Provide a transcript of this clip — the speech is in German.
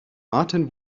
martin